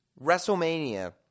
WrestleMania